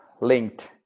linked